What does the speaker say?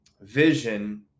vision